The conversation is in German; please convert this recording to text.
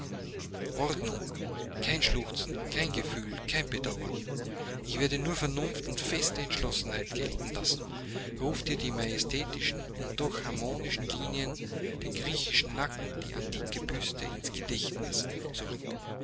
ordnung kein schluchzen kein gefühl kein bedauern ich werde nur vernunft und feste entschlossenheit gelten lassen rufe dir die majestätischen und doch harmonischen linien den griechischen nacken die antike büste ins gedächtnis zurück